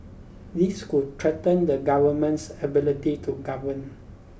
this could threaten the government's ability to govern